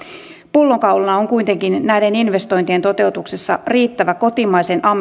pullonkaulana on kuitenkin näiden investointien toteutuksessa riittävä kotimaisen